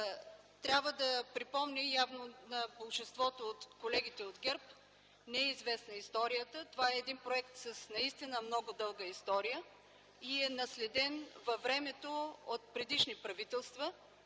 Трябва да припомня - явно на мнозинството колеги от ГЕРБ не е известна историята, че това е един проект с наистина много дълга история, който е наследен от времето от предишни правителства.